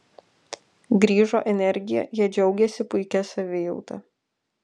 grįžo energija jie džiaugėsi puikia savijauta